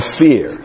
fear